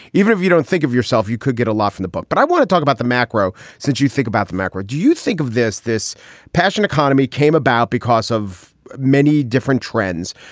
even if you don't think of yourself, you could get a laugh in the book. but i want to talk about the macro. since you think about the macro, do you you think of this this passion economy came about because of many different trends,